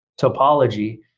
topology